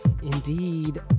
Indeed